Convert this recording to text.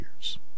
years